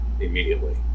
immediately